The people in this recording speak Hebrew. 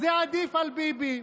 זה עדיף על ביבי.